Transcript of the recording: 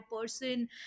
person